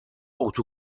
اتو